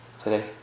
Today